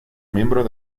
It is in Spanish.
miembro